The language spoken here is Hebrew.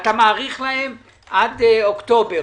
אתה מאריך להם עד אוקטובר.